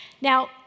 Now